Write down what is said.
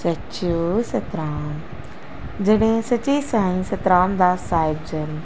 सच्चो सतराम जॾहिं सच्चे साई सतराम दास साहिब जन